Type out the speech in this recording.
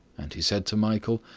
and he said to michael,